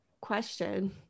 question